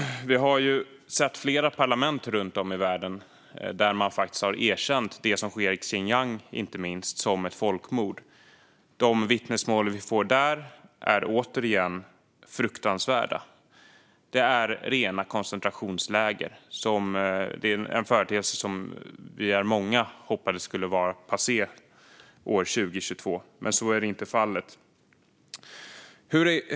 Flera parlament runt om i världen har erkänt det som sker i Xinjiang som ett folkmord. De vittnesmål vi får därifrån är fruktansvärda. Det handlar om rena koncentrationsläger - en företeelse många hoppades skulle vara passé år 2022, men så är inte fallet.